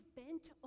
bent